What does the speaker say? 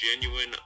genuine